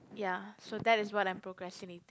ya so that is what I'm procrastinating